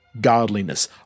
godliness